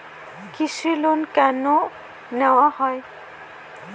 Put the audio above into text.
কৃষি লোন কেন দেওয়া হয়?